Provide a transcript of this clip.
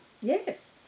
yes